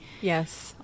Yes